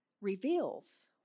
reveals